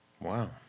Wow